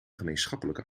gemeenschappelijke